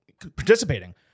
participating